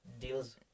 deals